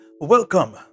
welcome